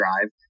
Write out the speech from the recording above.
drive